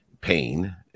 pain